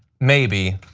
maybe,